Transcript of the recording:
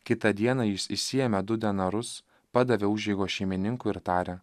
kitą dieną jis išsiėmė du denarus padavė užeigos šeimininkui ir tarė